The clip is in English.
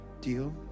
Deal